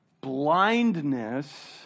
blindness